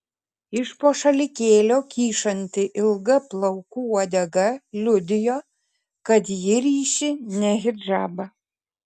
iš po šalikėlio kyšanti ilga plaukų uodega liudijo kad ji ryši ne hidžabą